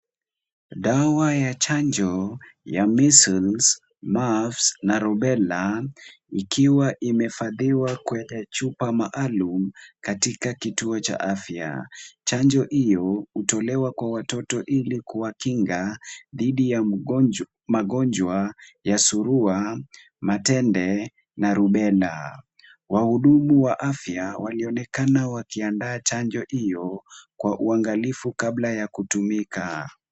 Dawa ya chanjo ya Measles, Mumps na Rubella ikiwa imehifadhiwa kwenye chupa maalum katika kituo cha afya. Chanjo hiyo hutolewa kwa watoto ili kuwakinga dhidi ya magonjwa ya Surua, Matende na Rubella. Wahudumu wa afya walionekana wakiandaa chanjo hiyo kwa uangalifu kabla ya kutumika.